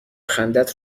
خندت